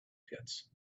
pits